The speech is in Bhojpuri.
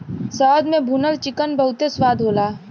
शहद में भुनल चिकन बहुते स्वाद होला